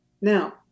Now